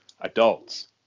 adults